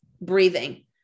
breathing